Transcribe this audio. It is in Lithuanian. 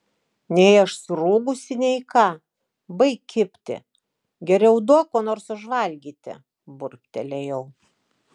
nei aš surūgusi nei ką baik kibti geriau duok ko nors užvalgyti burbtelėjau